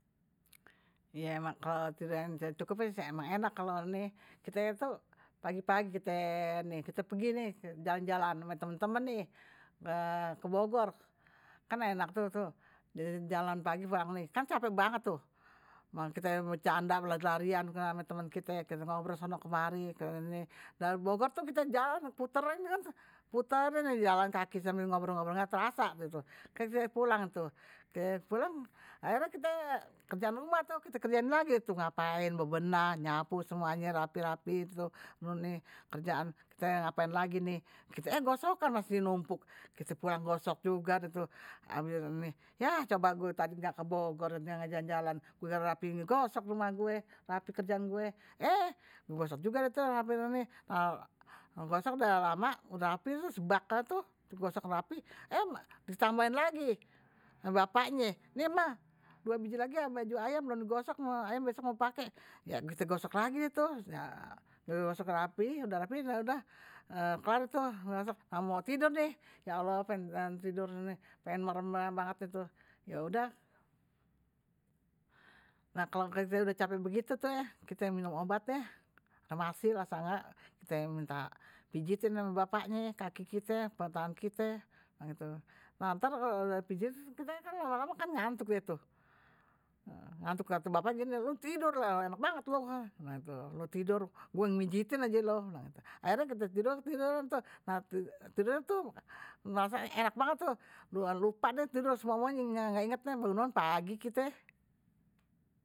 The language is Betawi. Ye emang kalo cukup ya emang enak kite. pagi pagi nih kite pegi jalan jalan ame temen temen nih, ke bogor kan enak tuh tuh. jalan pagi kan capek banget tuh kite bercanda berlar larian ama temen kite, kite ngobrol kesono kemari, nah di bogor kite puterin puterin kite sambal ngobrol ngobrol kan engga terasa gitu, kite pulang deh tuh, kite pulang akhirnye kite kerjaan rumah tuh kite kerjain ngapain bebenah, nyapu semuanye rapi rapi tuh, eh gosokan masih numpuk, pulang ngegosok juga deh tuh ampe nih, yah coba gue tadi engga ke bogor ga jalan jalan udah rapi ngegosok rumah gw rapi kerjaan gw, eh gw gosok juga deh tuh rapiin nih, ngegosok udah lama, udah rapi sebak tuh eh ditambahin lagi ama bapaknye nih ma, dua biji lagi baju ayah belon digosok, ayah besok mao pake, yah kite gosok lagi dah tuh, udah gosok rapi udah dah kelar, nah mao tidur nih ya allah pengen tidur nih pengen banget merem dah tuh ya udah, nah kalo kite udah capek begitu dah tuh kite minum obat rheumacyl asal ga kite minta pijitin ama bapaknye kaki kite tangan kite nah ntar kalo udah dipijitin kite kan lama lama ngantuk, ngantuk kate bapaknye gini loe tidur enak banget loe bilang gitu, akhirnye kite tidur ketiduran tuh, nah tidur tuh merasa enak banget tuh udah lupa deh semua muanye engga inget bangun bangun pagi kite.